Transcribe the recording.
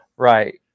Right